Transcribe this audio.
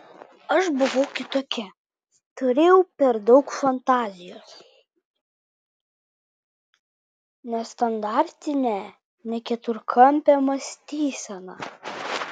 aš buvau kitokia turėjau per daug fantazijos nestandartinę ne keturkampę mąstyseną